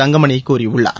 தங்கமணி கூறியுள்ளார்